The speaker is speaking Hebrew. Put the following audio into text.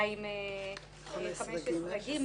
סעיף 215(ג)